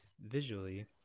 visually